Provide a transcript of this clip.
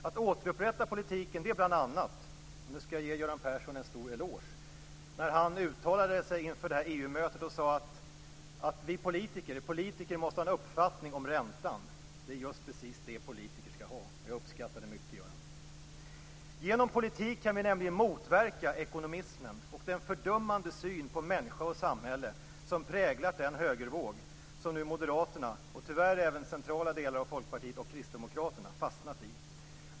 Att återupprätta politiken är bl.a. - nu skall jag ge Göran Persson en stor eloge - när Göran Persson uttalade sig inför ett EU-möte och sade att politiker måste ha en uppfattning om räntan. Det är just det som politiker skall ha, och jag uppskattade mycket det som Göran Persson sade. Genom politik kan vi nämligen motverka ekonomismen och den fördummande syn på människa och samhälle som präglat den högervåg som nu Moderaterna, och tyvärr även centrala delar av Folkpartiet och Kristdemokraterna, fastnat i.